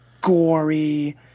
gory